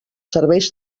serveis